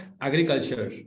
agriculture